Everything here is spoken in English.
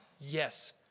Yes